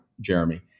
Jeremy